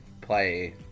play